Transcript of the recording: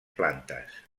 plantes